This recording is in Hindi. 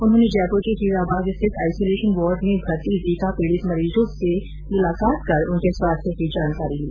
उन्होंने जयपुर के हीरा बाग स्थित आइसोलेशन वार्ड में भर्ती जीका पीड़ित मरीजों से मुलाकात कर उनके स्वास्थ्य की जानकारी ली